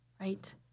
right